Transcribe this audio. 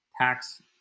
tax